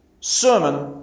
sermon